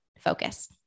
focus